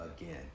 again